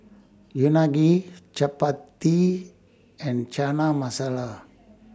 Unagi Chapati and Chana Masala